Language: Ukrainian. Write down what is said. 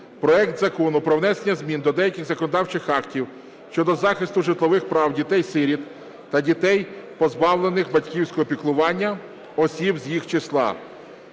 проект Закону про внесення змін до деяких законодавчих актів щодо захисту житлових прав дітей-сиріт та дітей, позбавлених батьківського піклування, осіб з їх числа.